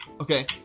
Okay